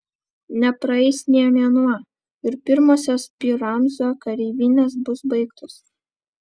nepraeis nė mėnuo ir pirmosios pi ramzio kareivinės bus baigtos